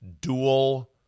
dual